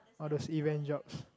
all those event jobs